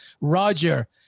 Roger